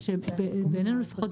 בעינינו לפחות,